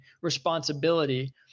responsibility